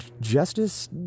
justice